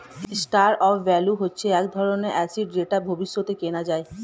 store of value হচ্ছে এক ধরনের অ্যাসেট যেটা ভবিষ্যতে কেনা যায়